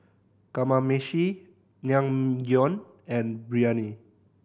Kamameshi Naengmyeon and Biryani